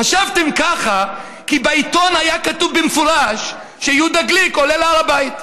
חשבתם ככה כי בעיתון היה כתוב במפורש שיהודה גליק עולה להר הבית,